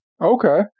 Okay